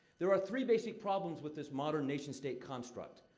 there are three basic problems with this modern nation state construct.